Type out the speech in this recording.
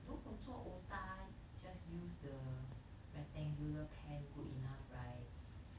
如果做 otah just use the rectangular pan good enough right